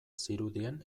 zirudien